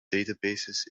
databases